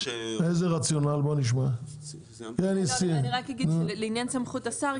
אני רק אגיד לגבי סמכות השר,